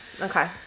Okay